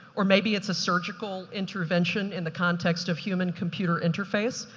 or maybe it's a surgical intervention in the context of human computer interface.